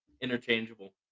Interchangeable